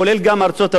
כולל גם ארצות-הברית,